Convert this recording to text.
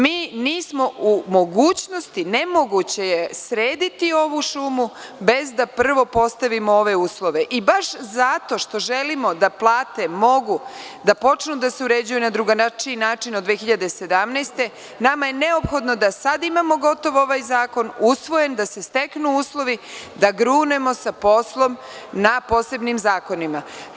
Mi nismo u mogućnosti, nemoguće je srediti ovu šumu bez da prvo postavimo ove uslove i baš zato što želimo da plate mogu da počnu da se uređuju na drugačiji način od 2017. godine, nama je neophodno da sad imamo gotov ovaj zakon, usvojen, da se steknu uslovi, da grunemo sa poslom na posebnim zakonima.